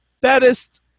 baddest